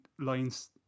lines